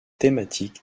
thématique